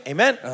Amen